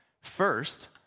First